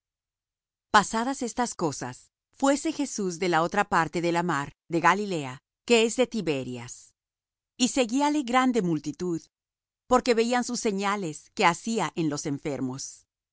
pasadas estas cosas fuése jesús de la otra parte de la mar de galilea que es de tiberias y seguíale grande multitud porque veían sus señales que hacía en los enfermos